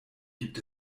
gibt